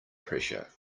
pressure